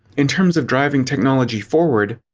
in terms of driving technology forward,